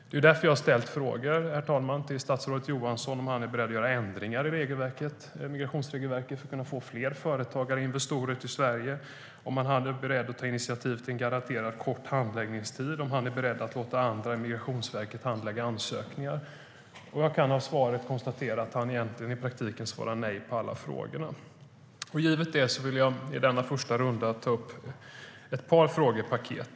Det är därför, herr talman, jag har frågat statsrådet Johansson om han är beredd att göra ändringar i migrationsregelverket för att kunna få fler företagare och investerare till Sverige, om han är beredd att ta initiativ till en garanterad kort handläggningstid och om han är beredd att låta andra än Migrationsverket handlägga ansökningar. Jag kan av svaret konstatera att han i praktiken svarar nej på alla frågorna. Givet det vill jag i denna första runda ta upp ett par frågepaket.